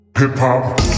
Hip-Hop